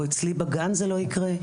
או אצלי בגן זה לא יקרה,